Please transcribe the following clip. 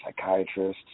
psychiatrists